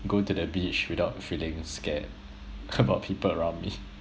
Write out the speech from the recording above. go to the beach without feeling scared about people around me